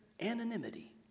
anonymity